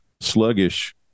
sluggish